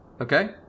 Okay